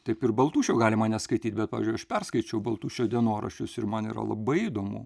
taip ir baltušio galima neskaityt bet pavyzdžiui aš perskaičiau baltušio dienoraščius ir man yra labai įdomu